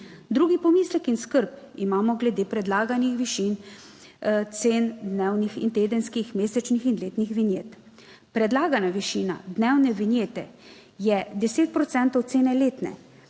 Drugi pomislek in skrb imamo glede predlaganih višin cen dnevnih in tedenskih, mesečnih in letnih vinjet. Predlagana višina dnevne vinjete je 10 procentov cene